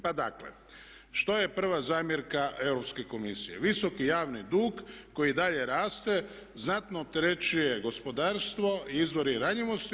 Pa dakle, što je prva zamjerka Europske komisije – visoki javni dug koji i dalje raste, znatno opterećuje gospodarstvo i izvor je ranjivosti.